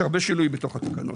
יש הרבה שינויים בתוך התקנות.